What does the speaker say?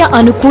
ah and